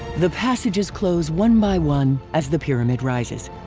the passages close one by one as the pyramid rises.